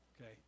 Okay